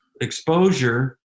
exposure